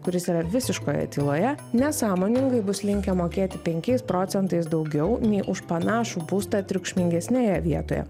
kuris yra visiškoje tyloje nesąmoningai bus linkę mokėti penkiais procentais daugiau nei už panašų būstą triukšmingesnėje vietoje